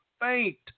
faint